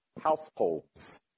households